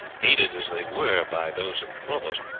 aided as they were by those of the provost,